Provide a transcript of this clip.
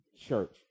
church